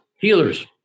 Healers